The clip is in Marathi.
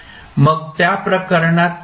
मग त्या प्रकरणात काय होईल